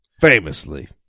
Famously